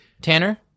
Tanner